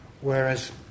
whereas